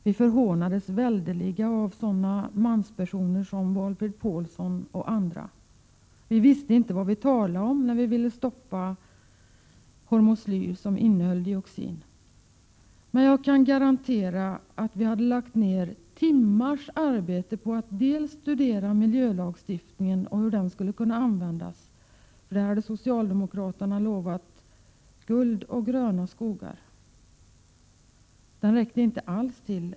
Vi förhånades väldeliga av sådana manspersoner som Valfrid Paulsson. Enligt dem visste vi inte vad vi talade om när vi ville stoppa hormoslyr, som innehöll dioxin. Men jag kan garantera att vi hade lagt ned många timmars arbete på att studera miljölagstiftningen och hur den skulle kunna användas — på den punkten hade socialdemokraterna lovat guld och gröna skogar; den räckte inte alls till.